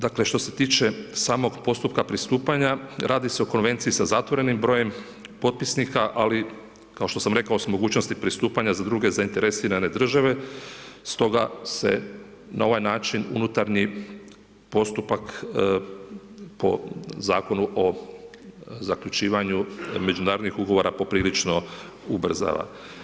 Dakle što se tiče samog postupka pristupanja, radi se o konvenciji sa zatvorenim brojem potpisnika, ali kao što sam rekao s mogućnosti pristupanja za druge zainteresirane države, stoga se na ovaj način unutarnji postupak po Zakonu o zaključivanju međunarodnih ugovora poprilično ubrzava.